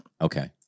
Okay